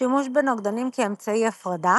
שימוש בנוגדנים כאמצעי הפרדה